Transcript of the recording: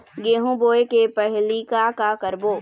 गेहूं बोए के पहेली का का करबो?